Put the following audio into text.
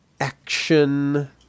Action